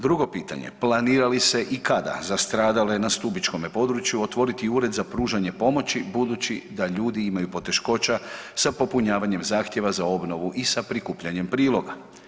Drugo pitanje, planira li se i kada za stradale na stubičkome području otvoriti Ured za pružanje pomoći budući da ljudi imaju poteškoća sa popunjavanjem zahtjeva za obnovu i sa prikupljanjem priloga?